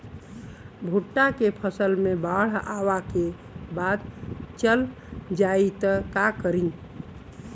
भुट्टा के फसल मे बाढ़ आवा के बाद चल जाई त का करी?